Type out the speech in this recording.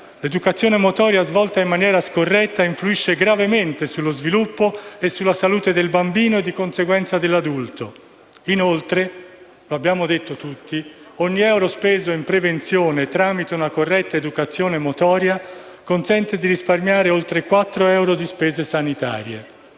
L'educazione motoria svolta in maniera scorretta influisce gravemente sullo sviluppo e sulla salute del bambino, e di conseguenza dell'adulto. Inoltre - lo abbiamo detto tutti - ogni euro speso in prevenzione tramite una corretta educazione motoria consente di risparmiare oltre quattro euro di spese sanitarie.